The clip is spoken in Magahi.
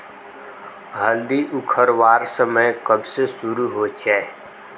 हल्दी उखरवार समय कब से शुरू होचए?